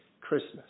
Christmas